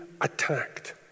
attacked